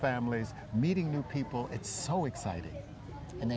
families and meeting new people it's so exciting and